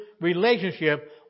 relationship